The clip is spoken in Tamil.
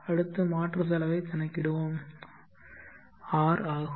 அடுத்து மாற்று செலவைக் கணக்கிடுவோம் R ஆகும்